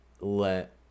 let